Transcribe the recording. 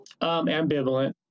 Ambivalent